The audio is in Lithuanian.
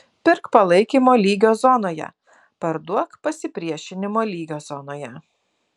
pirk palaikymo lygio zonoje parduok pasipriešinimo lygio zonoje